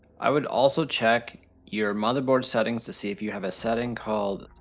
i would also check your motherboard settings to see if you have a setting called,